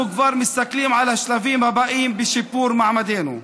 אנחנו כבר מסתכלים על השלבים הבאים בשיפור מעמדנו.